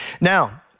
Now